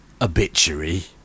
obituary